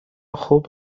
خوب